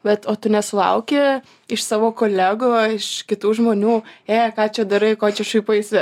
bet o tu nesulauki iš savo kolegų iš kitų žmonių ė ką čia darai ir ko čia šaipaisi